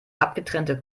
abgetrennte